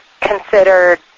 considered